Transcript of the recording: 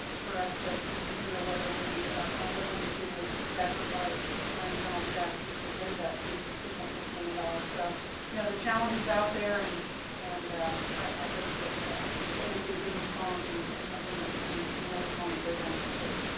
for us to to consider whether we are willing to to sacrifice our internal staff to to save that two two point six million dollars. so you know the challenge is out there and and i hope that we'll get a good response and and something that we can can really put on the table and consider.